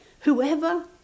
whoever